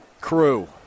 crew